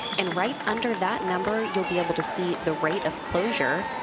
and right under that number, you'll be able to see the rate of closure,